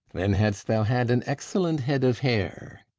then hadst thou had an excellent head of hair.